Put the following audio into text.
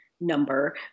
number